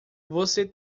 você